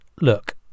look